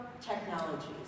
technologies